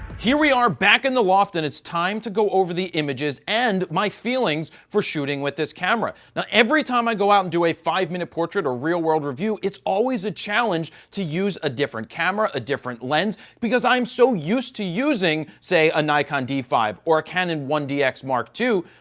here we are back in the loft and it's time to go over the images and my feelings for shooting with this camera. now, every time i go out and do a five minute portrait or real world review, it's always a challenge to use a different camera, a different lens, because i'm so used to using, say, a nikon d five or a canon one dx mark ii,